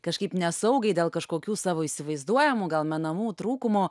kažkaip nesaugiai dėl kažkokių savo įsivaizduojamų gal menamų trūkumų